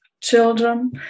children